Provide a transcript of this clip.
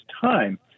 time